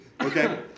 Okay